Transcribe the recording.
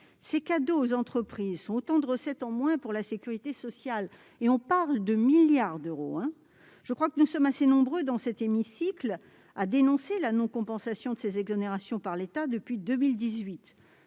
Ces cadeaux faits aux entreprises sont autant de recettes en moins pour la sécurité sociale ; j'y insiste, nous parlons de milliards d'euros ! Or nous sommes assez nombreux dans cet hémicycle à dénoncer la non-compensation de ces exonérations par l'État depuis 2018.